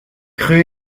rue